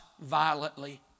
violently